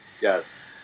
Yes